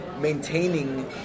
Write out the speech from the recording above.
maintaining